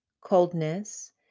coldness